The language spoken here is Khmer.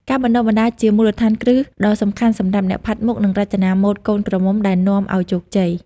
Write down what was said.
ការបណ្តុះបណ្តាលជាមូលដ្ឋានគ្រឹះដ៏សំខាន់សម្រាប់អ្នកផាត់មុខ និងរចនាម៉ូដកូនក្រមុំ ដែលនាំឲ្យជោគជ័យ។